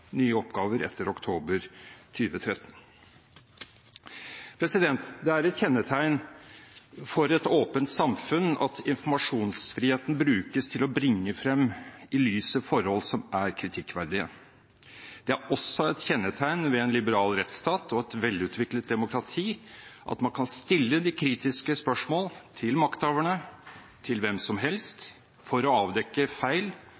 nye oppgaver etter oktober 2013. Det er et kjennetegn ved et åpent samfunn at informasjonsfriheten brukes til å bringe frem i lyset forhold som er kritikkverdige. Det er også et kjennetegn ved en liberal rettsstat og et velutviklet demokrati at man kan stille de kritiske spørsmål til makthaverne, til hvem som helst, for å avdekke feil